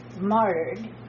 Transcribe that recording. martyred